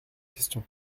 questions